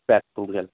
pack